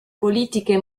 politiche